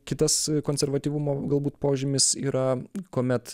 kitas konservatyvumo galbūt požymis yra kuomet